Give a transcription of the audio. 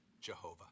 Jehovah